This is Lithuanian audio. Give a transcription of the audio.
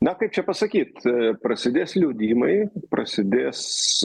na kaip čia pasakyt prasidės liudijimai prasidės